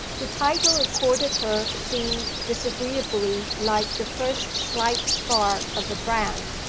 the title accorded her seemed disagreeably like the first slight scar of a brand,